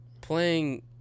playing